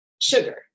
sugar